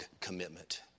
commitment